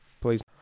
Please